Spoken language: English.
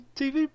tv